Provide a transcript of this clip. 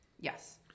yes